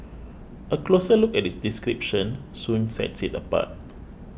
a closer look at its description soon sets it apart